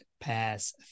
pass